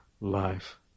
life